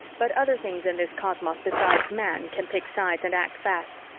but other things in this cosmos besides man can pick sides and act fast.